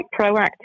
proactive